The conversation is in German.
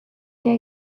der